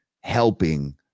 helping